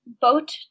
boat